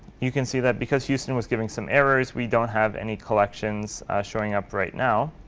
you can see that because houston was giving some errors, we don't have any collections showing up right now.